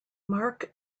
mark